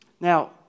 Now